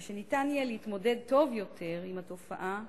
כדי שניתן יהיה להתמודד טוב יותר עם התופעה,